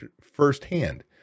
firsthand